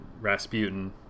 Rasputin